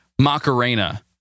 Macarena